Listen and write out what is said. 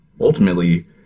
ultimately